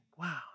wow